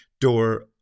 door